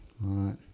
right